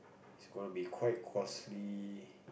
it's gonna be quite costly